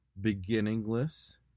beginningless